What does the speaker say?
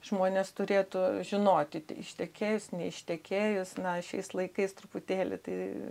žmonės turėtų žinoti ištekėjus neištekėjus na šiais laikais truputėlį tai